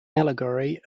allegory